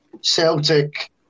Celtic